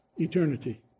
eternity